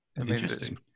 interesting